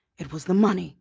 it was the money